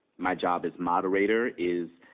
my job as moderator is